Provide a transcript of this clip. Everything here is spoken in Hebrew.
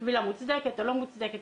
קבילה מוצדקת או לא מוצדקת.